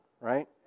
Right